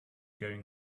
going